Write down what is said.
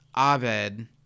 Abed